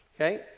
Okay